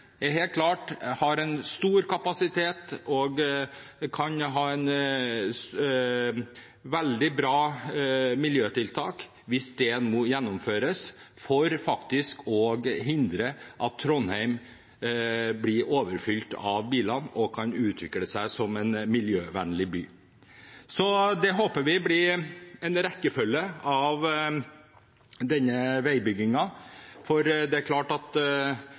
Toget har helt klart stor kapasitet og kan være et veldig bra miljøtiltak hvis dette nå gjennomføres, for å hindre at Trondheim blir overfylt av biler og isteden kan utvikle seg som en miljøvennlig by. Så det håper vi blir en følge av denne veibyggingen. Man kan ikke bare la trafikken øke og øke. Det blir helt klart